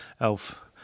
elf